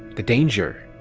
the danger.